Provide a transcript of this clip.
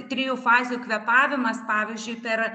trijų fazių kvėpavimas pavyzdžiui per